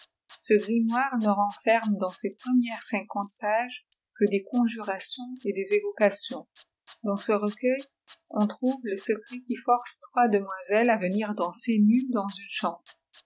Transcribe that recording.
ce grimoire ne renferme dans ses premières cinquantes pages que des conjurations et des évocations dans ce recueil on trouve le secret qui force trois demoiselles à venir danser nues dans une chambre